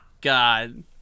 God